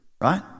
right